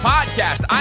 Podcast